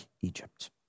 Egypt